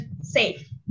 safe